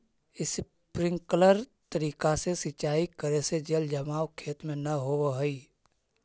sprinkler तरीका से सिंचाई करे से जल जमाव खेत में न होवऽ हइ